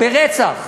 ברצח,